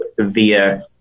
via